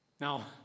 Now